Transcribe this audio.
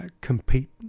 compete